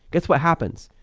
guess what happens?